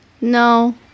No